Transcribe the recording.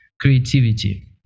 creativity